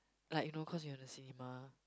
like you know cause we're in the cinema